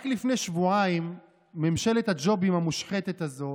רק לפני שבועיים ממשלת הג'ובים המושחתת הזאת